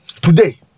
today